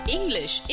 English